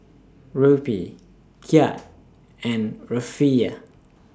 Rupee Kyat and Rufiyaa